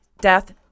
death